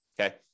okay